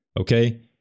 okay